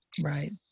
Right